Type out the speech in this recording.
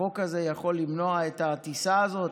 החוק הזה יכול למנוע את הטיסה הזאת?